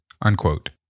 unquote